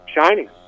shining